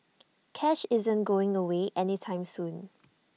cash isn't going away any time soon